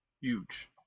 Huge